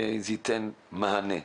וזה ייתן מענה.